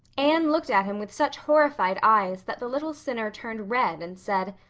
anne looked at him with such horrified eyes that the little sinner turned red and said,